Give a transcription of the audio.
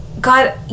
god